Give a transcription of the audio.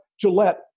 Gillette